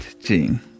gene